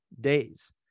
days